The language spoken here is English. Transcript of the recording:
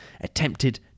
attempted